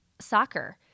soccer